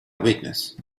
weakness